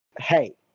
Hey